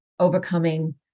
overcoming